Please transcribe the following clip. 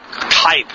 type